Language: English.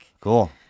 Cool